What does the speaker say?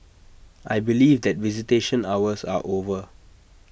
I believe that visitation hours are over